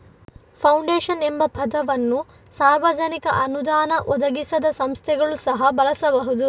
foundation ಎಂಬ ಪದವನ್ನು ಸಾರ್ವಜನಿಕ ಅನುದಾನ ಒದಗಿಸದ ಸಂಸ್ಥೆಗಳು ಸಹ ಬಳಸಬಹುದು